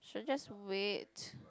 should just wait